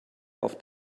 auf